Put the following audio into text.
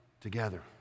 together